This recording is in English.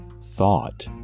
thought